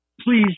please